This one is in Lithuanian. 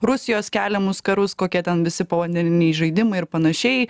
rusijos keliamus karus kokie ten visi povandeniniai žaidimai ir panašiai